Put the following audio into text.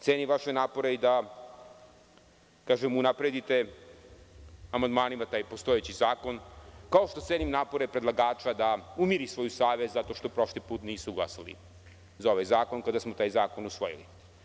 Cenim vaše napore da unapredite amandmanima taj postojeći zakon, kao što cenim napore predlagača da umiri svoju savest zato što prošli put nisu glasali za ovaj zakon kada smo taj zakon usvojili.